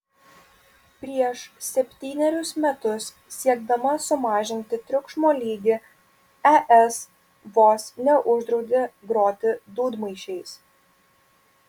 prieš septynerius metus siekdama sumažinti triukšmo lygį es vos neuždraudė groti dūdmaišiais